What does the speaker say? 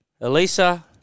Elisa